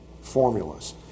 formulas